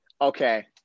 okay